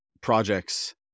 projects